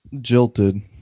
jilted